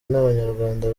n’abanyarwanda